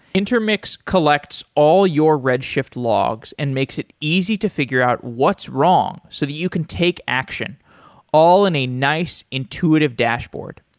intermix collects all your redshift logs and makes it easy to figure out what's wrong so that you can take action all in a nice intuitive dashboard.